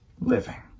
living